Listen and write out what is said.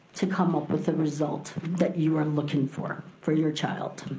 to come up with a result that you are looking for for your child.